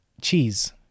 cheese